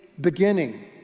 beginning